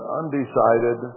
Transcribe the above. undecided